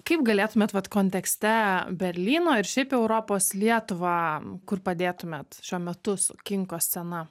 kaip galėtumėt vat kontekste berlyno ir šiaip europos lietuvą kur padėtumėt šiuo metu su kinko scena